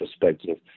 perspective